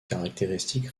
caractéristique